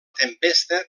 tempesta